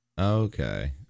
Okay